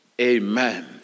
Amen